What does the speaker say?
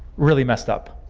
really messed up.